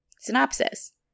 Synopsis